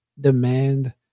demand